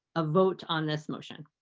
a vote on this motion.